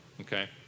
okay